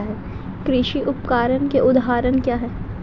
कृषि उपकरण के उदाहरण क्या हैं?